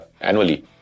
annually